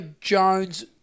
Jones